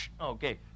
Okay